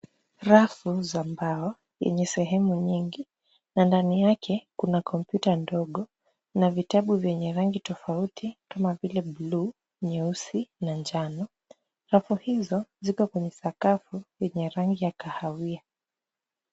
Rafu za mbao yenye sehemu nyingi na ndani yake kuna kompyuta ndogo na vitabu vyenye rangi tofauti kama vile buluu, nyeusi na njano. Rafu hizo ziko kwenye sakafu yenye rangi ya kahawia.